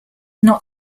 not